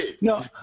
no